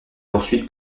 poursuite